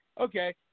okay